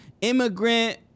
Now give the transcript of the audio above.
immigrant